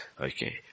Okay